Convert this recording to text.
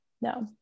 no